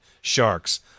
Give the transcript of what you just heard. sharks